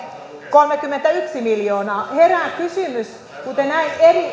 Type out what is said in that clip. kolmekymmentäyksi miljoonaa herää kysymys kuten näette eri